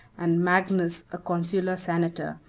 and magnus, a consular senator,